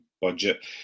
Budget